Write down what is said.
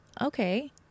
okay